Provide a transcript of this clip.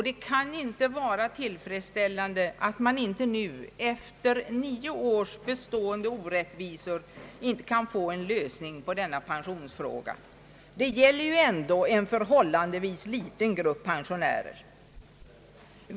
Det kan inte vara tillfredsställande att vi inte efter nio års bestående orättvisor kan få en lösning på denna pensionsfråga. Det gäller ändå en förhållandevis liten grupp pensionärer.